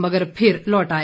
मगर फिर लौट आए